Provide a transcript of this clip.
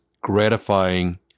gratifying